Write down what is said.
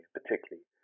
particularly